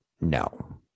No